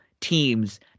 teams